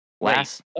last